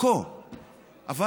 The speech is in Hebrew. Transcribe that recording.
אבל,